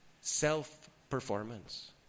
self-performance